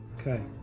Okay